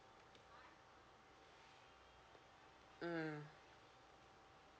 mm